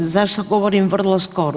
Zašto govorim vrlo skoro?